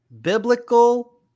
biblical